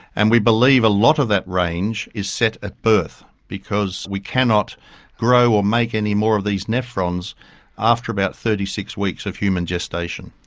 and we believe a lot of that range is set at birth because we cannot grow or make any more of these nephrons after about thirty six weeks of human gestation.